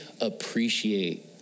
appreciate